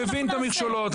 אני מבין את המכשלות,